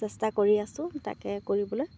চেষ্টা কৰি আছো তাকে কৰিবলৈ